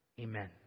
Amen